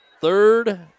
Third